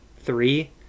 three